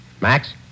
Max